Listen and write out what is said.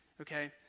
okay